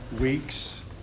weeks